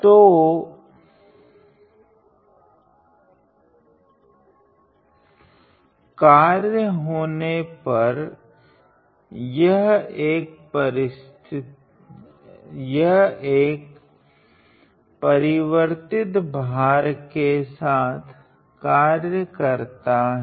तो कार्य होने पर यह एक परिवर्तित भर के साथ कार्य करत है